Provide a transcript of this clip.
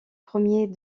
premiers